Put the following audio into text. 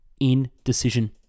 indecision